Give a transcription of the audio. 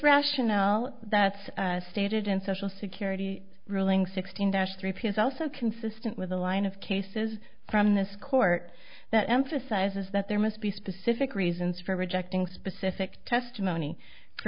rationale that's stated in social security ruling sixteen dash three p is also consistent with a line of cases from this court that emphasizes that there must be specific reasons for rejecting specific testimony for